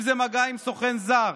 אם זה מגע עם סוכן זר,